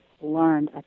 learned